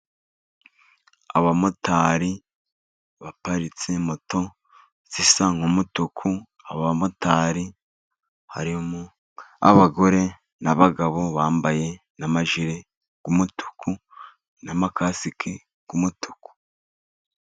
Abamotari baparitse moto zisa nk'umutuku, aba bamotari harimo abagore n'abagabo, bambaye n'amajire y'umutuku, na ma kasike y'umutuku.